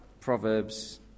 Proverbs